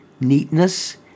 neatness